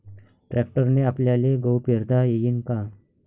ट्रॅक्टरने आपल्याले गहू पेरता येईन का?